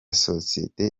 sosiyete